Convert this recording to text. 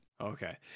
Okay